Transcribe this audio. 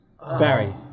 Barry